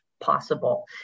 Possible